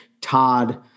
Todd